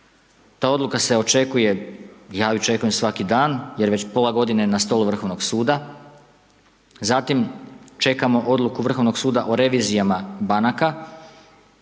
ta odluka se očekuje, ja ju očekujem svaki dan, jer već pola godine, na stolu Vrhovnoga suda, zatim, čekamo odluku Vrhovnog suda o revizijama banaka,